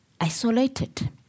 isolated